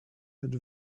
had